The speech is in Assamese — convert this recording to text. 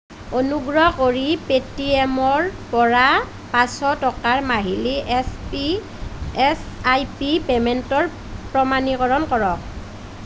অনুগ্ৰহ কৰি পে'টিএমৰ পৰা পাঁচশ টকাৰ মাহিলী এছ আই পি পে'মেণ্টৰ প্ৰমাণীকৰণ কৰক